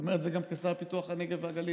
אני אומר את זה גם כשר לפיתוח הנגב והגליל,